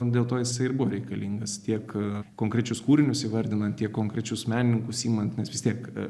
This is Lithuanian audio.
dėl to jisai ir buvo reikalingas tiek konkrečius kūrinius įvardinant tiek konkrečius menininkus imant nes vis tiek